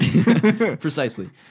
Precisely